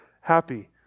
happy